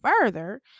further